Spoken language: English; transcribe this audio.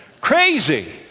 Crazy